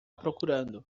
procurando